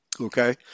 okay